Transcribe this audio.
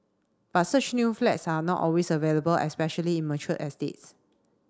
but such new flats are not always available especially in mature estates